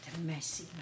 messy